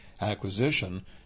acquisition